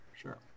sure